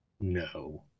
No